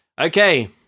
Okay